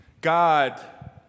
God